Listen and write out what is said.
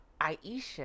Aisha